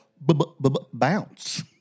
bounce